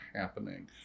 happening